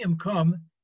come